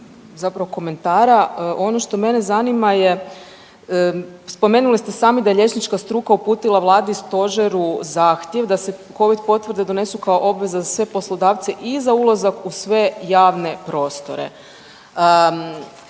zapravo komentara. Ono što mene zanima je spomenuli ste sami da je liječnička struka uputila vladi i stožeru zahtjev da se covid potvrde donesu kao obveza za sve poslodavce i za ulazak u sve javne prostore